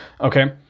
okay